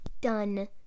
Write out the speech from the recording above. done